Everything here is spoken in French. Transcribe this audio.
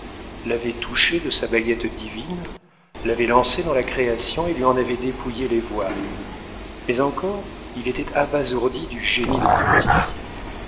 l'avait touché de sa baguette divine l'avait lancé dans la création et lui en avait dépouillé les voiles mais encore il était abasourdi du génie de conti